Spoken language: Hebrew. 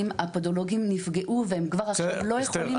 הפדולוגים נפגעו והם כבר עכשיו לא יכולים